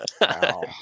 Wow